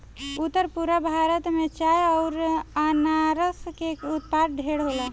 उत्तर पूरब भारत में चाय अउर अनारस के उत्पाद ढेरे होला